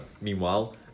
meanwhile